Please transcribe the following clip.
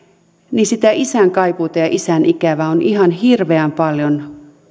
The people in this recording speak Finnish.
niin sitä isän kaipuuta ja isän ikävää on ihan hirveän paljon